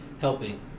helping